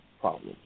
problems